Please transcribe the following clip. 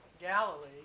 Galilee